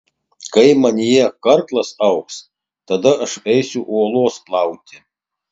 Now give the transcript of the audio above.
kai manyje karklas augs tada aš eisiu uolos plauti